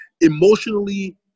emotionally